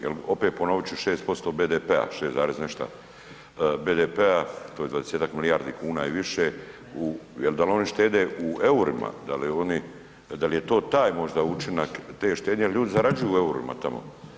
Jel opet ponovit ću 6% BDP-a, 6, nešta BDP-a to je 20-ak milijardi kuna i više, jel dal oni štede u eurima, da li je to taj možda učinak te štednje jer ljudi zarađuju u eurima tamo.